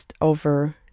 over